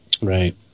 Right